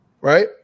right